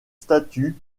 statues